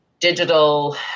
digital